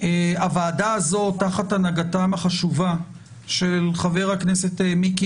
הוועדה הזאת תחת הנהגתם החשובה של חבר הכנסת מיקי